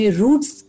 roots